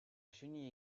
chenille